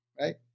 right